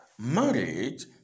Marriage